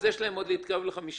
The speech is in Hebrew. אז יש להם להתקרב ל-15%.